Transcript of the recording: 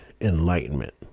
Enlightenment